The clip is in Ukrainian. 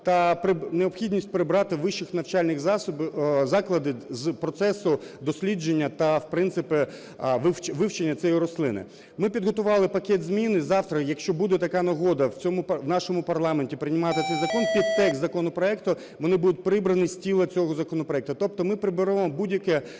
та необхідність прибрати вищі навчальні заклади з процесу дослідження та принципів вивчення цієї рослини. Ми підготували пакет змін. Завтра, якщо буде така нагода, в цьому, в нашому парламенті приймати цей закон, під текст законопроекту вони будуть прибрані з тіла цього законопроекту. Тобто ми приберемо будь-яке